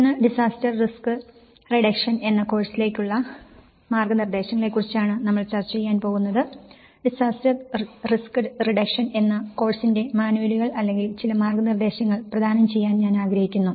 ഇന്ന് disaster risk reduction എന്ന കോഴ്സിലേക്കുള്ള മാർഗ്ഗനിർദ്ദേശത്തെക്കുറിച്ചാണ് നമ്മൾ ചർച്ച ചെയ്യാൻ പോകുന്നത് ഡിസാസ്റ്റർ റിസ്ക് റിഡക്ഷൻ എന്ന കോർസിന്റെ മാനുവലുകൾ അല്ലെങ്കിൽ ചില മാർഗ്ഗനിർദ്ദേശങ്ങൾ പ്രദാനം ചെയ്യാൻ ഞാൻ ആഗ്രഹിക്കുന്നു